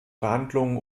verhandlungen